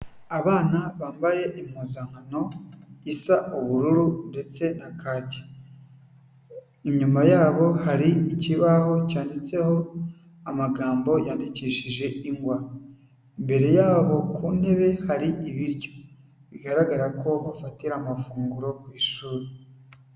Abana bambaye impuzankano, isa ubururu ndetse na kacye. Inyuma yabo hari ikibaho, cyanditseho amagambo yandikishije ingwa. Imbere yabo ku ntebe, hari ibiryo. Bigaragara ko bafatira amafunguro ku ishuri.